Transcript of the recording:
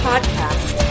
Podcast